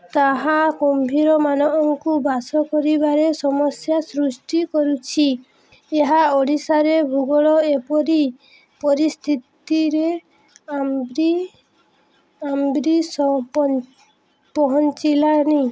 ତାହା କୁମ୍ଭୀରମାନଙ୍କୁ ବାସ କରିବାରେ ସମସ୍ୟା ସୃଷ୍ଟି କରୁଛି ଏହା ଓଡ଼ିଶାରେ ଭୂଗୋଳ ଏପରି ପରିସ୍ଥିତିରେ ଆମ୍ବ୍ରୀ ଆମ୍ବ୍ରୀ ପହଞ୍ଚିଲାଣୀ